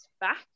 back